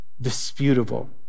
disputable